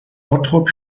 bottrop